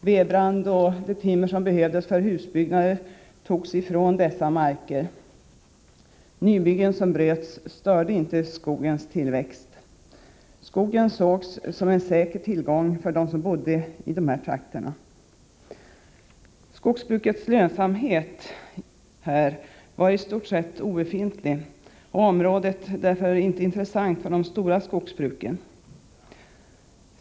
Vedbrand och det timmer som behövdes för husbyggen togs från dessa marker. Nybyggen som bröts störde inte skogens tillväxt. Skogen sågs som en säker tillgång för dem som bodde i dessa trakter. Skogsbrukets lönsamhet var i stort sett lika med noll, och området var därför inte intressant för de stora skogsbruken.